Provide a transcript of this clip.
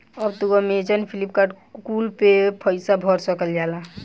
अब तू Amazon, Flipkart कुल पे पईसा भर सकल जाला